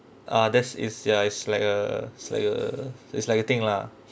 ah that's is ya it's like a it's like a it's like a thing lah